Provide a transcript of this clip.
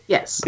Yes